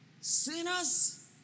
Sinners